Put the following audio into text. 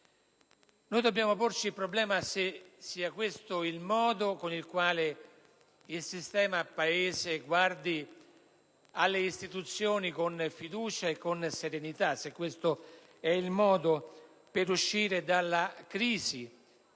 Ci dobbiamo porre il problema se deve essere questo il modo in cui il sistema Paese guarda alle istituzioni con fiducia e serenità e se è questo il modo per uscire dalla crisi